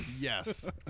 Yes